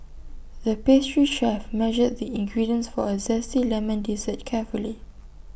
the pastry chef measured the ingredients for A Zesty Lemon Dessert carefully